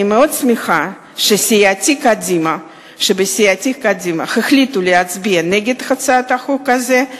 אני מאוד שמחה שבסיעתי קדימה החליטו להצביע נגד הצעת החוק הזאת.